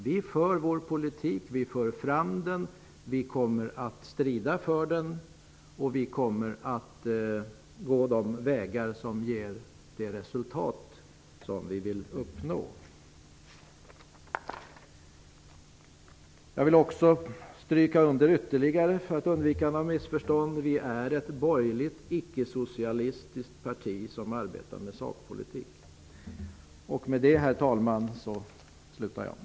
Vi för vår politik, vi för fram den, vi kommer att strida för den och vi kommer att gå de vägar som ger det resultat som vi vill uppnå. För att undvika missförstånd vill jag också understryka att vi är ett borgerligt, icke-socialistiskt parti som arbetar med sakpolitik. Med det slutar jag, herr talman.